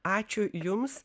ačiū jums